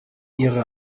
ihre